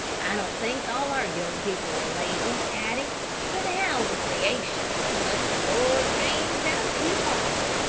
i don't think all our young people are lazy, hattie but how in creation, unless the lord rains down a few farmers,